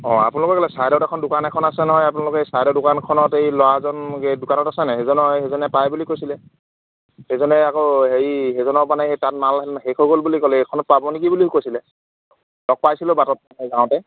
অঁ আপোনালোকৰ কেলৈ ছাইডত এখন দোকান এখন আছে নহয় আপোনালোকে এই ছাইডৰ দোকানখনত এই ল'ৰাজন যে দোকানত আছেনে সেইজনৰ সেইজনে পায় বুলি কৈছিলে সেইজনে আকৌ হেৰি সেইজনৰ মানে তাত মাল শেষ হৈ গ'ল বুলি ক'লে এইখনত পাব নেকি বুলি কৈছিলে লগ পাইছিলোঁ বাটত মই যাওঁতে